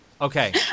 Okay